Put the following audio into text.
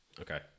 Okay